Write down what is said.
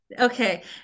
Okay